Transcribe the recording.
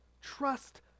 Trust